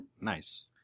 Nice